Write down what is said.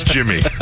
Jimmy